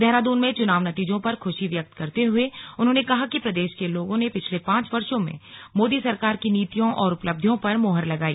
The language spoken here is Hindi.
देहरादून में चुनाव नतीजों पर खुशी व्यक्त करते हुए उन्होंने कहा कि प्रदेश के लोगों ने पिछले पांच वर्षो में मोदी सरकार की उपलब्धियों पर मोहर लगाई